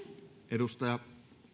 arvoisa puhemies